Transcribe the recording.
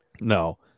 no